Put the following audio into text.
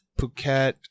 Phuket